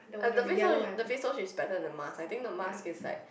the face oil is the face oil is better than mask I think the mask is like